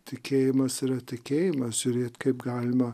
tikėjimas yra tikėjimas žiūrėt kaip galima